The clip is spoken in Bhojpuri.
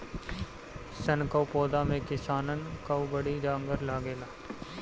सन कअ पौधा में किसानन कअ बड़ी जांगर लागेला